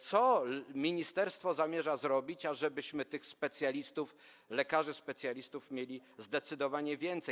Co ministerstwo zamierza zrobić, ażebyśmy tych specjalistów, lekarzy specjalistów mieli zdecydowanie więcej?